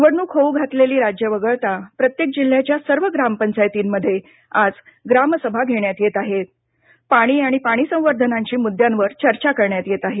निवडणूक होऊ घातलेली राज्यं वगळता प्रत्येक जिल्हयाच्या सर्व ग्राम पंचायतींमध्ये आज ग्राम सभा घेण्यात येत आहेत पाणी आणि पाणी संवर्धनाशी मुद्यांवर चर्चा करण्यात येत आहे